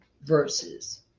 verses